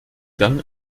gang